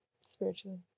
spiritually